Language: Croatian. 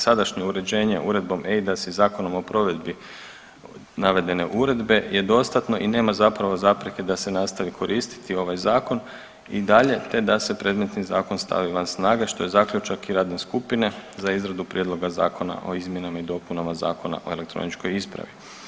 Sadašnje uređenje Uredbom EIDAS i zakonom o provedbi navedene uredbe je dostatno i nema zapravo zapreke da se nastavi koristiti ovaj zakon i dalje te da se predmetni zakon stavi van snage što je zaključak i radne skupine za izradu prijedloga Zakona o izmjenama i dopunama Zakona o elektroničkoj ispravi.